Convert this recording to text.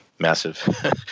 Massive